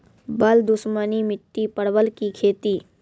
बल दुश्मनी मिट्टी परवल की खेती?